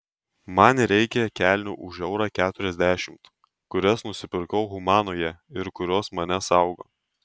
man reikia kelnių už eurą keturiasdešimt kurias nusipirkau humanoje ir kurios mane saugo